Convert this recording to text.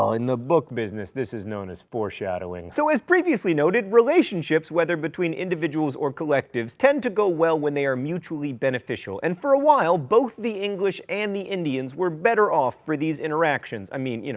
in the book business this is known as foreshadowing. so as previously noted, relationships, whether between individuals or collectives, tend to go well when they are mutually beneficial, and for a while, both the english and the indians were better off for these interactions. i mean, you know,